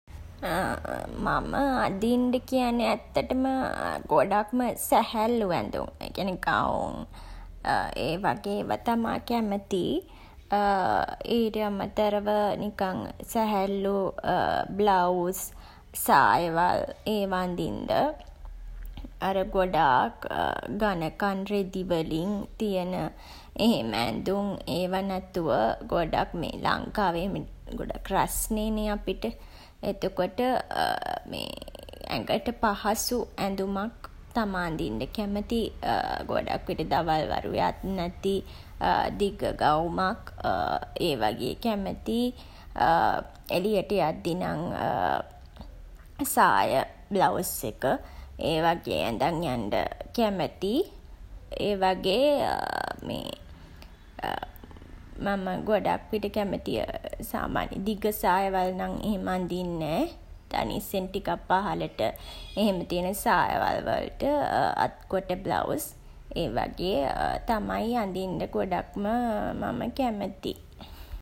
මම අදින්ඩ කියන්නේ ඇත්තටම ගොඩක්ම සැහැල්ලු ඇඳුම්. ඒ කියන්නේ ගවුම් ඒ වගේ ඒවා තමා කැමති. ඊට අමතරව නිකන් සැහැල්ලු බ්ලවුස්, සායවල් ඒවා අඳින්ඩ. අර ගොඩාක් ඝනකන් රෙදි වලින් තියෙන එහෙම ඇඳුම් ඒවා නැතුව ගොඩක් මේ ලංකාවේ එහෙම ගොඩක් රස්නේ නේ අපිට. එතකොට ඇඟට පහසු ඇඳුමක් තමා අඳින්න කැමති. ගොඩක් විට දවල් වරුවේ අත් නැති දිග ගවුමක් ඒ වගේ කැමතියි. එළියට යද්දී නම් සාය, බ්ලවුස් එක ඒ වගේ ඇඳන් යන්ඩ කැමතියි. ඒ වගේ මේ මම ගොඩක් විට කැමති සාමාන්‍යයෙන් දිග සායවල් නම් එහෙම අඳින් නෑ. දනිස්සෙන් ටිකක් පහළට එහෙම තියෙන සායවල් වලට අත් කොට බ්ලවුස්. ඒ වගේ තමයි අඳින්ඩ ගොඩක්ම මම කැමති.